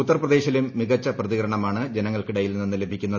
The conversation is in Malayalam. ഉത്തർപ്രദേശിലും മികച്ച പ്രതികരണമാണ് ജനങ്ങൾക്കിടയിൽ നിന്ന് ലഭിക്കുന്നത്